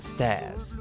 Stairs